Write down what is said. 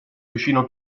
vicino